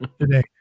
today